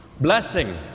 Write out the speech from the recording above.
Blessing